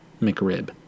McRib